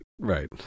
Right